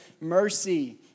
mercy